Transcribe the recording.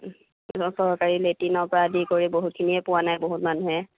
চৰকাৰী লেটিনৰ পৰা আদি কৰি বহুতখিনিয়ে পোৱা নাই বহুত মানুহে